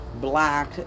black